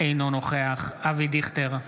אינו נוכח אבי דיכטר,